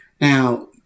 Now